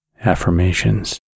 affirmations